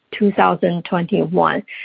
2021